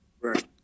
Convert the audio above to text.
Right